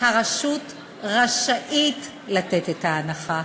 הרשות רשאית לתת את ההנחה,